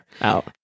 out